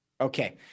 okay